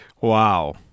wow